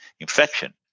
infection